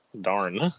Darn